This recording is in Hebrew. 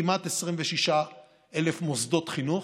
כמעט 26,000 מוסדות חינוך.